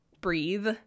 breathe